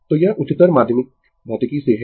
तो यह उच्चतर माध्यमिक भौतिकी से है